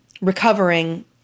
recovering